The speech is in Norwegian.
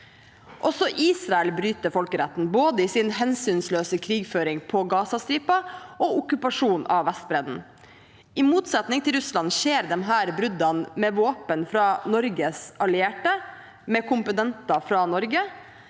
Også Israel bryter folkeretten, både med sin hensynsløse krigføring på Gazastripen og med okkupasjonen av Vestbredden. I motsetning til Russland skjer disse bruddene med våpen fra Norges allierte, med komponenter fra Norge.